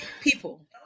People